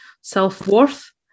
self-worth